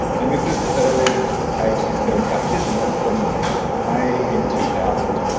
and this is the earliest page that's been captured and that's from may in two thousand.